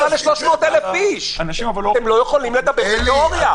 ארבעה מוזיאוני מדע וכולם יכולים לפעול.